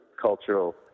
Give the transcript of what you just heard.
cultural